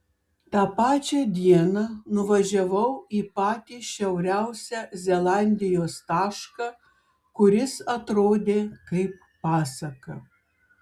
tą pačią dieną nuvažiavau į patį šiauriausią zelandijos tašką kuris atrodė kaip pasaka